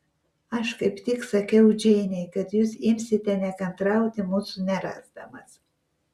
aš kaip tik sakiau džeinei kad jūs imsite nekantrauti mūsų nerasdamas